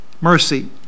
Mercy